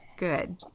Good